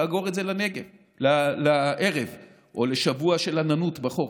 ותאגור את זה לערב או לשבוע של עננות בחורף,